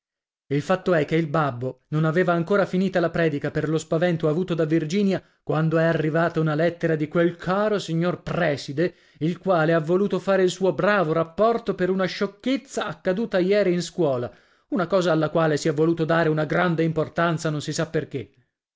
il fatto è che il babbo non aveva ancora finita la predica per lo spavento avuto da virginia quando è arrivata una lettera di quel caro signor prèside il quale ha voluto fare il suo bravo rapporto per una sciocchezza accaduta ieri in scuola una cosa alla quale si è voluto dare una grande importanza non si sa perché